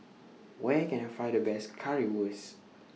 Where Can I Find The Best Currywurst